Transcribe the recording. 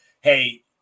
hey